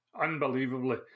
unbelievably